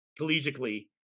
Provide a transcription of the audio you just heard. collegially